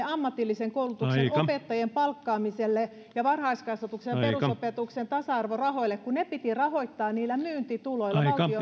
ammatillisen koulutuksen opettajien palkkaamiselle ja varhaiskasvatuksen ja perusopetuksen tasa arvorahoille kun ne piti rahoittaa niillä valtion myyntituloilla